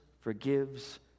forgives